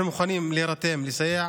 אנחנו מוכנים להירתם, לסייע